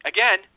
Again